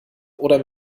oder